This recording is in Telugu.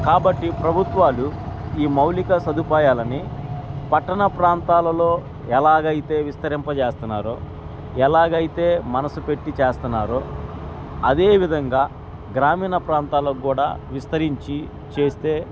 కాబట్టి ప్రభుత్వాలు ఈ మౌలిక సదుపాయాలని పట్టణ ప్రాంతాలలో ఎలాగైతే విస్తరింపజేస్తున్నారో ఎలాగైతే మనసు పెట్టి చేస్తున్నారో అదేవిధంగా గ్రామీణ ప్రాంతాలకుూడా విస్తరించి చేస్తే